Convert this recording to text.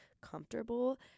comfortable